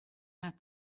have